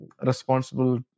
responsible